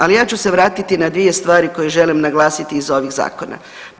Ali, ja ću se vratiti na dvije stvari koje želim naglasiti iz ovih zakona.